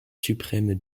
suprême